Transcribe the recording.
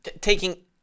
taking